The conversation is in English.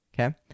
Okay